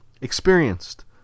experienced